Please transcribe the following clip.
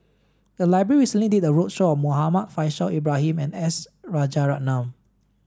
the library recently did a roadshow on Muhammad Faishal Ibrahim and S Rajaratnam